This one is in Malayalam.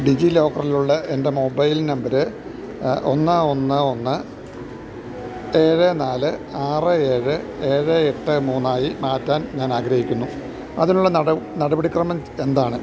ഡിജിലോക്കറിലുള്ള എൻ്റെ മൊബൈൽ നമ്പർ ഒന്ന് ഒന്ന് ഒന്ന് ഏഴ് നാല് ആറ് ഏഴ് ഏഴ് എട്ട് മൂന്നായി മാറ്റാൻ ഞാൻ ആഗ്രഹിക്കുന്നു അതിനുള്ള നടപടിക്രമം എന്താണ്